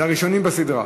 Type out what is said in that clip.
אלה הראשונים בסדרה.